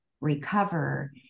recover